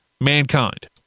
Mankind